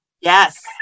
Yes